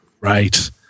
Right